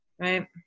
right